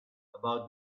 about